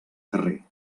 carrer